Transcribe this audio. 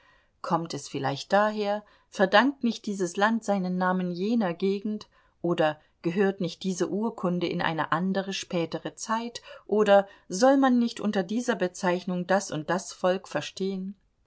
kommt es vielleicht daher verdankt nicht dieses land seinen namen jener gegend oder gehört nicht diese urkunde in eine andere spätere zeit oder soll man nicht unter dieser bezeichnung das und das volk verstehen